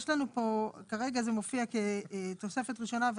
יש לנו פה, כרגע זה מופיע כתוספת ראשונה,